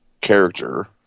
character